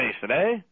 today